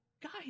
guys